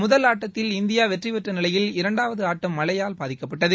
முதல் ஆட்டத்தில் இந்தியா வெற்றி பெற்ற நிலையில் இரண்டாவது ஆட்டம் மழையால் பாதிக்கப்பட்டது